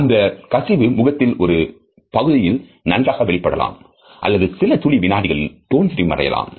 அந்தக் கசிவு முகத்தில் ஒரு பகுதியில் நன்றாக வெளிப்படலாம் அல்லது சில துளி வினாடிகளில் தோன்றி மறையலாம்